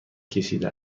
کشیده